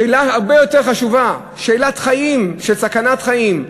שאלה הרבה יותר חשובה, שאלת חיים, של סכנת חיים,